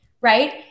Right